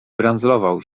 brandzlował